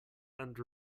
and